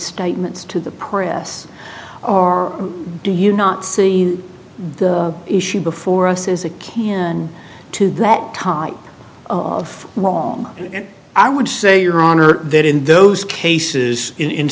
statements to the press are do you not see the issue before us is a can to that type of wrong i would say your honor that in those cases in